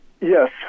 yes